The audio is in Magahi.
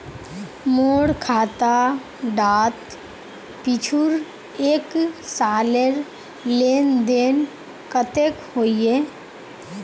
मोर खाता डात पिछुर एक सालेर लेन देन कतेक होइए?